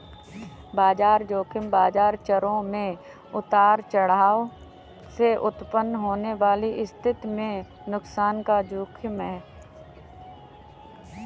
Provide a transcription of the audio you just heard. बाजार ज़ोखिम बाजार चरों में उतार चढ़ाव से उत्पन्न होने वाली स्थिति में नुकसान का जोखिम है